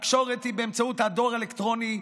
התקשורת היא באמצעות הדואר האלקטרוני,